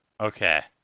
okay